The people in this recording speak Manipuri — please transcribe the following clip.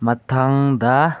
ꯃꯊꯪꯗ